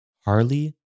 Harley